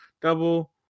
Double